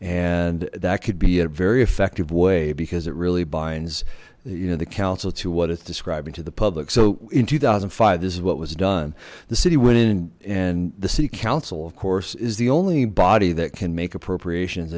and that could be a very effective way because it really binds the you know the council to what it's describing to the public so in two thousand and five this is what was done the city went in and the city council of course is the only body that can make appropriations